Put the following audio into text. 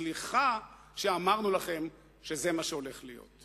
סליחה שאמרנו לכם שזה מה שהולך להיות.